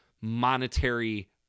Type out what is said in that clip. monetary